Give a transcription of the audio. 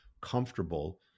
comfortable